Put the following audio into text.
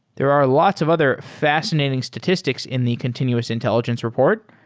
there are lots of other fascinating statistics in the continuous intelligence report,